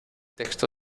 texto